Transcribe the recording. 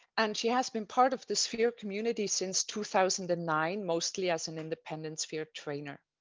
and she has been part of the sphere community since two thousand and nine, mostly as an independent sphere trayner.